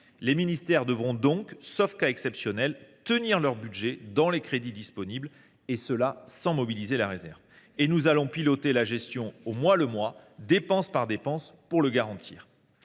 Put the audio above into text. Les ministères devront donc, sauf cas exceptionnel, exécuter leur budget dans le cadre des crédits disponibles, sans mobiliser cette réserve. Nous allons piloter la gestion au mois le mois, dépense par dépense, pour garantir